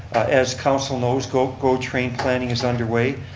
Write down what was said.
as council knows go go train planning is underway.